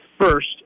first